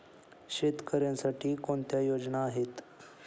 शेतकऱ्यांसाठी कोणत्या योजना आहेत?